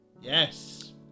Yes